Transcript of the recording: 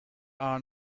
are